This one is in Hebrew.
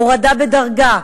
הורדה בדרגה,